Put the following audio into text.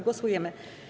Głosujemy.